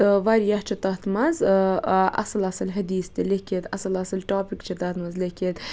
تہٕ واریاہ چھُ تَتھ مَنٛز اصل اصل حدیث تہِ لیٚکھِتھ اصل اصل ٹاپِک چھِ تتھ مَنٛز لیٚکھِتھ